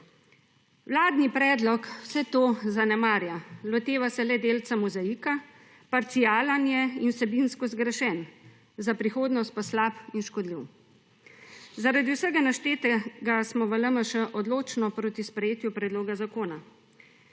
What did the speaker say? Vladni predlog vse to zanemarja. Loteva se delca mozaika, parcialen je in vsebinsko zgrešen, za prihodnost pa slab in škodljiv. Zaradi vsega naštetega smo v LMŠ odločno proti sprejetju predloga zakona.